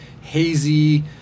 hazy